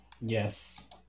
Yes